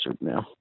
now